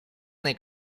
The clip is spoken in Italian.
nei